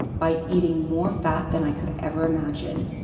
by eating more fat than i could ever imagine,